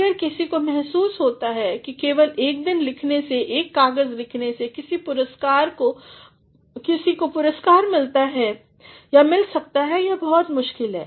अगर किसी को महसूस होता है कि केवल एक दिन लिखने से एक कागज़ लिखने से किसी को पुरस्कार मिल सकता है यह बहुत मुश्किल है